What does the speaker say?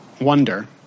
Wonder